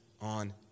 on